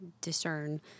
discern